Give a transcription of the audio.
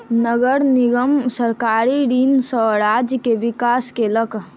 नगर निगम सरकारी ऋण सॅ राज्य के विकास केलक